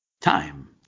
time